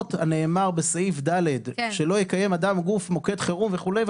למרות הנאמר בסעיף (ד) שלא יקיים אדם/גוף מוקד חירום וכולי,